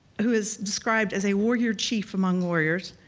who is described as a warrior chief among warriors,